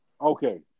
Okay